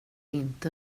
inte